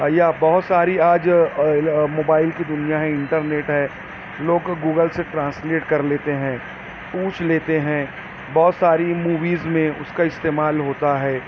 یا بہت ساری آج موبائل کی دنیا ہے انٹرنیٹ ہے لوگ گوگل سے ٹرانسلیٹ کر لیتے ہیں پوچھ لیتے ہیں بہت ساری موویز میں اس کا استعمال ہوتا ہے